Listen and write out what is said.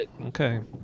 okay